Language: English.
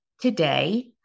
today